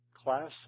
class